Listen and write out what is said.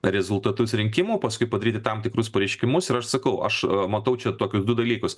rezultatus rinkimų o paskui padaryti tam tikrus pareiškimus ir aš sakau aš matau čia tokius du dalykus